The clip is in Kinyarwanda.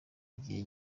igihe